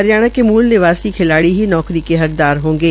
हरियाणा क मूल निवासी खिलाड़ी ही नौकरी के हकदार होगे